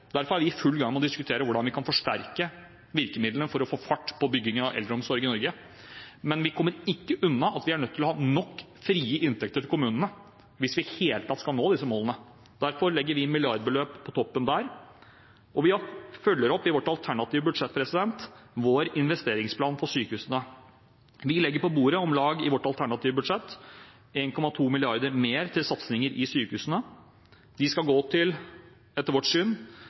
derfor er vi i full gang med å diskutere hvordan vi kan forsterke virkemidlene for å få fart på byggingen av eldreomsorg i Norge. Men vi kommer ikke unna at vi er nødt til å ha nok frie inntekter til kommunene hvis vi i det hele tatt skal nå disse målene, og derfor legger vi et milliardbeløp på toppen der og følger opp, i vårt alternative budsjett, vår investeringsplan for sykehusene. Vi legger i vårt alternative budsjett om lag 1,2 mrd. kr mer på bordet til satsinger i sykehusene. De pengene skal gå til